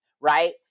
right